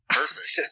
perfect